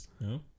No